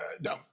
no